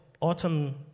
autumn